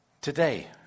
Today